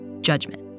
judgment